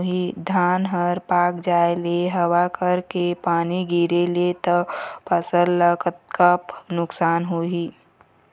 धान हर पाक जाय ले हवा करके पानी गिरे ले त फसल ला कतका नुकसान होही?